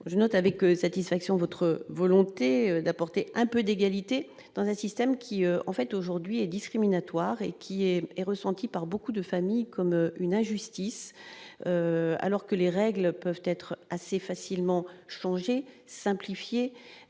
je note avec satisfaction votre volonté d'apporter un peu d'égalité dans un système qui en fait aujourd'hui est discriminatoire et qui est est ressentie par beaucoup de familles comme une injustice, alors que les règles peuvent être assez facilement changer simplifier